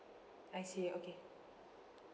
I see okay